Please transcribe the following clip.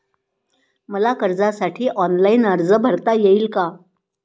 मला कर्जासाठी ऑनलाइन अर्ज भरता येईल का?